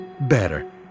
better